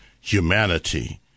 humanity